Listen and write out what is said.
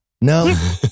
No